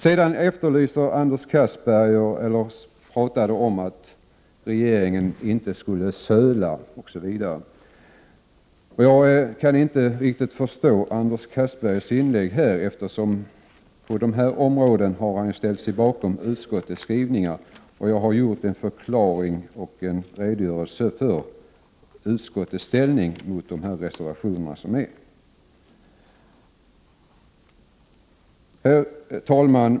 Sedan talade Anders Castberger om att regeringen inte skall söla. Jag kan: Prot. 1988/89:35 inte riktigt förstå Anders Castbergers inlägg, eftersom han på dessa områden 30 november 1988 ställt sig bakom utskottets skrivning. Jag har lämnat en förklaring och! redogörelse för utskottets ställningstagande i förhållande till reservationerna. Herr talman!